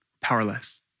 powerless